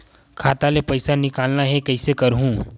खाता ले पईसा निकालना हे, कइसे करहूं?